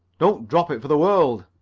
don't drop it for the world.